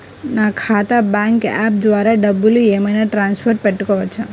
నా ఖాతా bank app ద్వారా డబ్బులు ఏమైనా ట్రాన్స్ఫర్ పెట్టుకోవచ్చా?